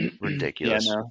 ridiculous